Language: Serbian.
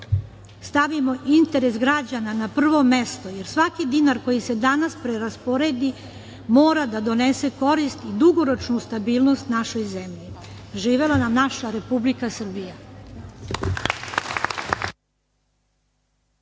stavimo interes građana na prvo mesto jer svaki dinar koji se danas preraspodeli mora da donese korist i dugoročnu stabilnost našoj zemlji. Živela nam naša Republika Srbija.